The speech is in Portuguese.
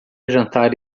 jantar